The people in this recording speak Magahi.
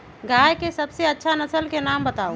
गाय के सबसे अच्छा नसल के नाम बताऊ?